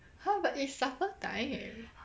!huh! but it's supper time